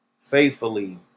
faithfully